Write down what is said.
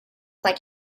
like